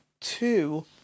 two